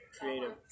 creative